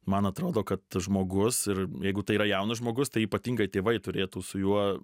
man atrodo kad žmogus ir jeigu tai yra jaunas žmogus tai ypatingai tėvai turėtų su juo